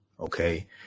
Okay